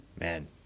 Man